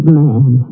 man